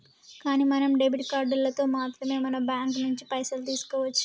కానీ మనం డెబిట్ కార్డులతో మాత్రమే మన బ్యాంకు నుంచి పైసలు తీసుకోవచ్చు